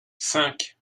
cinq